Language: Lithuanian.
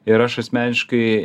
ir aš asmeniškai